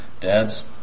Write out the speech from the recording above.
Dads